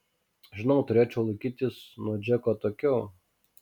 žinau turėčiau laikytis nuo džeko atokiau